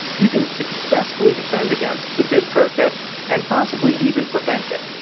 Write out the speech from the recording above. you can successfully defend against the bid protest and possibly even prevent it.